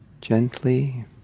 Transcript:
gently